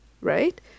right